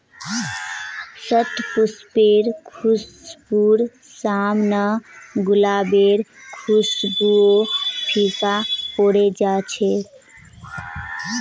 शतपुष्पेर खुशबूर साम न गुलाबेर खुशबूओ फीका पोरे जा छ